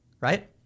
right